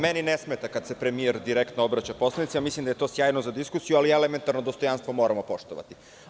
Meni ne smeta kada se premijer direktno obraća poslanicima mislim da je to sjajno za diskusiju, ali elementarno dostojanstvo moramo poštovati.